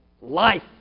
life